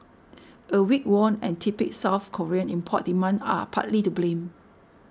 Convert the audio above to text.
a weak won and tepid South Korean import demand are partly to blame